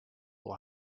will